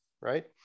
right